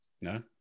No